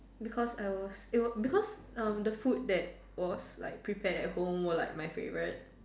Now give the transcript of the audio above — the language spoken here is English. because I was it was because um the food that was prepared at home were like my favourite